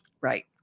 right